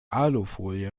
alufolie